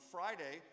Friday